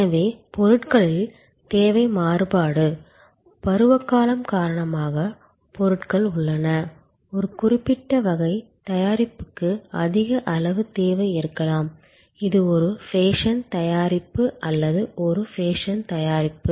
எனவே பொருட்களில் தேவை மாறுபாடு பருவகாலம் காரணமாக பொருட்கள் உள்ளன ஒரு குறிப்பிட்ட வகை தயாரிப்புக்கு அதிக அளவு தேவை இருக்கலாம் இது ஒரு பேஷன் தயாரிப்பு அல்லது ஒரு ஃபேஷன் தயாரிப்பு